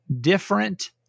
different